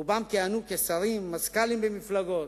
רובם כיהנו כשרים, מזכ"לים במפלגות,